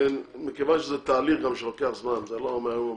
מכיוון שזה תהליך שלוקח זמן, זה לא מהיום למחר.